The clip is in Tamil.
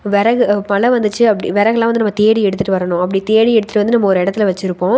விறகு மழை வந்துச்சு அப்படி விறகெல்லாம் வந்து நம்ம தேடி எடுத்துகிட்டு வரணும் அப்படி தேடி எடுத்துகிட்டு வந்து நம்ம ஒரு இடத்தில வைச்சுருப்போம்